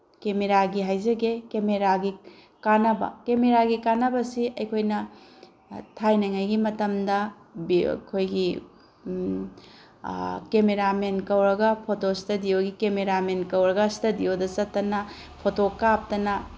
ꯀꯦꯃꯦꯔꯥꯒꯤ ꯍꯥꯏꯖꯒꯦ ꯀꯦꯃꯦꯔꯥꯒꯤ ꯀꯥꯟꯅꯕ ꯀꯦꯃꯦꯔꯥꯒꯤ ꯀꯥꯟꯅꯕꯁꯤ ꯑꯩꯈꯣꯏꯅ ꯊꯥꯏꯅꯉꯩꯒꯤ ꯃꯇꯝꯗ ꯑꯩꯈꯣꯏꯒꯤ ꯀꯦꯃꯦꯔꯥꯃꯦꯟ ꯀꯧꯔꯒ ꯐꯣꯇꯣ ꯏꯁꯇꯗꯤꯑꯣꯒꯤ ꯀꯦꯃꯦꯔꯥꯃꯦꯟ ꯀꯧꯔꯒ ꯏꯁꯇꯗꯤꯑꯣꯗꯥ ꯆꯠꯇꯅ ꯐꯣꯇꯣ ꯀꯥꯞꯇꯅ